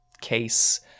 case